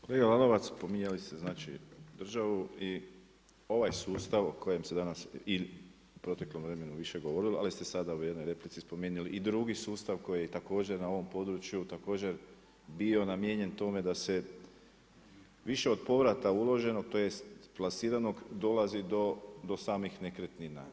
Kolega Lalovac, spominjali ste državu i ovaj sustav u kojem se danas i u proteklom vremenu više govorilo, ali ste sada u jednoj replici spomenuli i drugi sustav koji je također na ovom području, također bio namijenjen tome da se više od povrata uloženog, tj. plasirano dolazi do samih nekretnina.